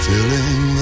Filling